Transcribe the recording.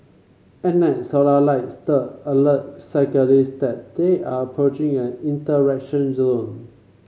at night solar light stud alert cyclist that they are approaching an interaction zone